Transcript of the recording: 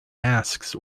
masks